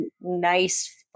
nice